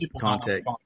contact